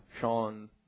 sean